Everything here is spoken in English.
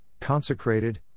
consecrated